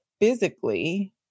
physically